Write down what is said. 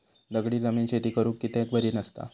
दगडी जमीन शेती करुक कित्याक बरी नसता?